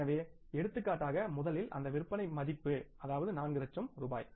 எனவே எடுத்துக்காட்டாக முதலில் அந்த விற்பனை மதிப்பு அதாவது 4 லட்சம் ரூபாய்